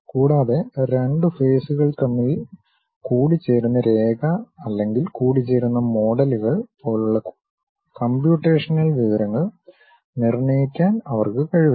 കൂടാതെ രണ്ട് ഫേസ്കൾ തമ്മിൽ കൂടിച്ചേരുന്ന രേഖ അല്ലെങ്കിൽ കൂടിച്ചേരുന്ന മോഡലുകൾ പോലുള്ള കമ്പ്യൂട്ടേഷണൽ വിവരങ്ങൾ നിർണ്ണയിക്കാൻ അവർക്ക് കഴിവില്ല